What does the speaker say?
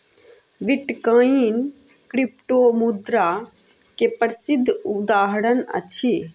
bitcoin क्रिप्टोमुद्रा के प्रसिद्ध उदहारण अछि